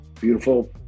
beautiful